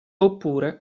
oppure